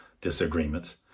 disagreements